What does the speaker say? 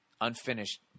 unfinished